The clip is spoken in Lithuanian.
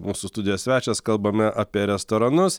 mūsų studijos svečias kalbame apie restoranus